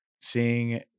seeing